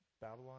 Babylon